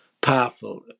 powerful